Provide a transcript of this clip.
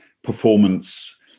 performance